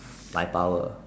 my power